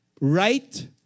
right